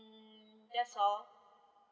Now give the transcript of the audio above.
mm that's all